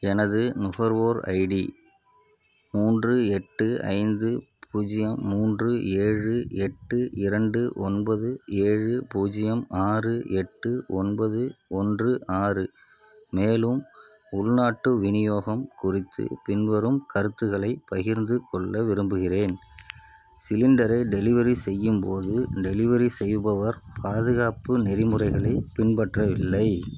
எனது நுகர்வோர் ஐடி மூன்று எட்டு ஐந்து பூஜ்ஜியம் மூன்று ஏழு எட்டு இரண்டு ஒன்பது ஏழு பூஜ்ஜியம் ஆறு எட்டு ஒன்பது ஒன்று ஆறு மேலும் உள்நாட்டு விநியோகம் குறித்து பின்வரும் கருத்துக்களைப் பகிர்ந்துக் கொள்ள விரும்புகிறேன் சிலிண்டரை டெலிவரி செய்யும் போது டெலிவரி செய்பவர் பாதுகாப்பு நெறிமுறைகளைப் பின்பற்றவில்லை